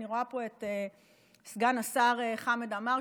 אני רואה פה את סגן השר חמד עמאר,